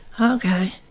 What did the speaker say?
okay